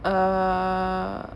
err